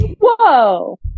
Whoa